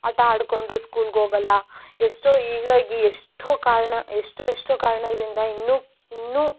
ಆಟ ಆಡಿಕೊಂಡು ಸ್ಕೂಲ್ಗೆ ಹೋಗೋಲ್ಲಾ ಎಷ್ಟೋ ಹೀಗಾಗಿ ಎಷ್ಟೋ ಕಾರಣ ಎಷ್ಟೇಷ್ಟೋ ಕಾರಣದಿಂದ ಇನ್ನು ಇನ್ನೂ